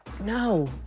No